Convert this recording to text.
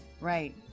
Right